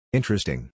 Interesting